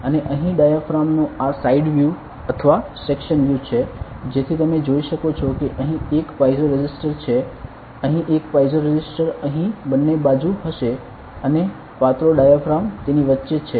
અને અહીં ડાયાફ્રામ નો આ સાઇડ વ્યૂ અથવા સેક્શન વ્યૂ છે જેથી તમે જોઈ શકો છો કે અહીં એક પાઇઝો રેઝિસ્ટર છે અહીં એક પાઇઝો રેઝિસ્ટર અહીં બંને બાજુ હશે અને પાતળો ડાયાફ્રામ તેની વચ્ચે છે